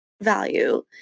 value